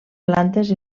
plantes